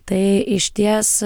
tai išties